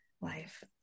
life